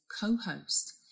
co-host